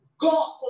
God